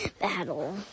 battle